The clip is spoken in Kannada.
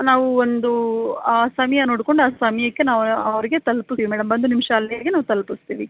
ನಾವು ಒಂದು ಆ ಸಮಯ ನೋಡಿಕೊಂಡು ಆ ಸಮಯಕ್ಕೆ ನಾವು ಅವರಿಗೆ ತಲುಪಿಸ್ತಿವಿ ಮೇಡಮ್ ಒಂದು ನಿಮಿಷ ಅಲ್ಲಿಗೆ ನಾವು ತಲ್ಪಿಸ್ತೀವಿ